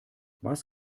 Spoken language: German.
was